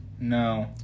No